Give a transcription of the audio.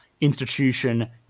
institution